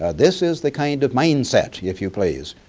ah this is the kind of mind set if you please,